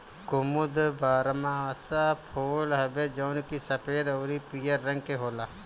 कुमुद बारहमासा फूल हवे जवन की सफ़ेद अउरी पियर रंग के होला